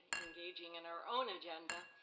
engaging in our own agenda.